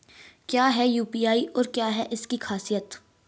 क्या है यू.पी.आई और क्या है इसकी खासियत?